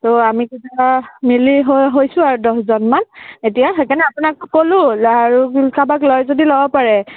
তো আমি কেইটা মিলি হৈ হৈছোঁ আৰু দহজন মান এতিয়া সেইকাৰণে আপোনাকো ক'লো আৰু কাৰোবাক লয় যদি ল'ব পাৰে